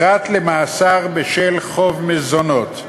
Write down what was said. פרט למאסר בשל חוב מזונות.